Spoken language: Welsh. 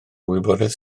wybodaeth